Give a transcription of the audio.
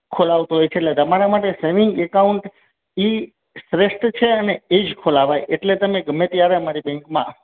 ખોલાવતો હોય છે એટલે તમારા માટે સેવિંગ એકાઉન્ટ એ શ્રેષ્ઠ છે અને એ જ ખોલાવાય એટલે તમે ગમે ત્યારે અમારી બેન્કમાં